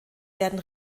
werden